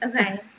Okay